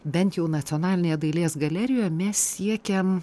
bent jau nacionalinėje dailės galerijoje mes siekiam